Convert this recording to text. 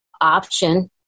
option